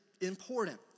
important